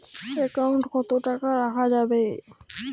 Account কত টাকা রাখা যাবে?